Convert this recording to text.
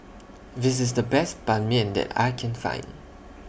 This IS The Best Ban Mian that I Can Find